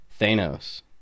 Thanos